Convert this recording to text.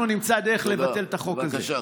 אנחנו נמצא דרך לבטל את החוק הזה.